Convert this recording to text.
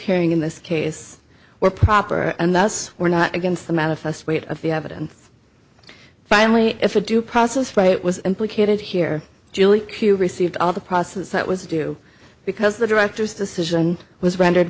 hearing in this case were proper and thus were not against the manifest weight of the evidence finally if a due process right was implicated here julie who received all the processes that was due because the directors decision was rendered